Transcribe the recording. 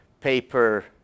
paper